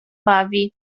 bawi